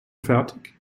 fertig